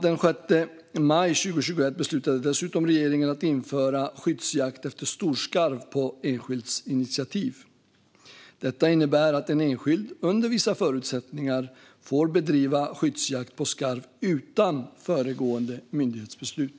Den 6 maj 2021 beslutade dessutom regeringen att införa skyddsjakt efter storskarv på enskilds initiativ. Detta innebär att en enskild, under vissa förutsättningar, får bedriva skyddsjakt på skarv utan föregående myndighetsbeslut.